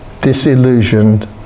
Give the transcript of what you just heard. disillusioned